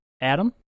Adam